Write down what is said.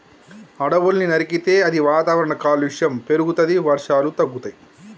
అడవుల్ని నరికితే అది వాతావరణ కాలుష్యం పెరుగుతది, వర్షాలు తగ్గుతయి